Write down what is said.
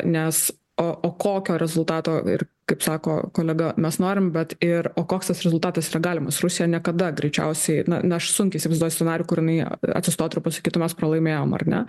nes o o kokio rezultato ir kaip sako kolega mes norim bet ir o koks tas rezultatas yra galimas rusija niekada greičiausiai na na aš sunkiai įsivaizduoju scenarijų kur jinai atsistotų ir pasakytų mes pralaimėjom ar ne